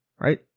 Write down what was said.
right